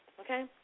okay